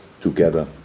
together